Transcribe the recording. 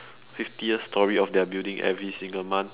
fiftieth storey of their building every single month